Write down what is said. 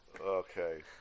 Okay